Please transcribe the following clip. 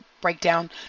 breakdown